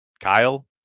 Kyle